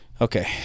Okay